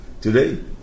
Today